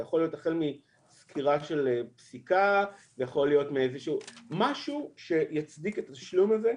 זה יכול להיות החל מסקירה של פסיקה - משהו שיצדיק את התשלום הזה.